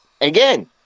Again